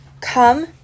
come